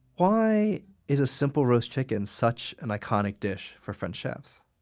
why is a simple roast chicken such an iconic dish for french chefs?